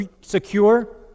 secure